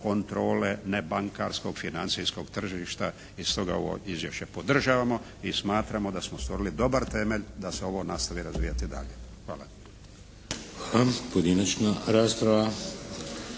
kontrole nebankarskog financijskog tržišta i stoga ovo izvješće podržavamo i smatramo da smo stvorili dobar temelj da se ovo nastavi razvijati dalje. Hvala.